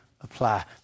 apply